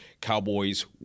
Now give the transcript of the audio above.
Cowboys